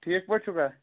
ٹھیٖک پٲٹھۍ چھُکھا